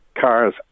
cars